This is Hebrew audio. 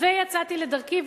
ויצאתי לדרכי,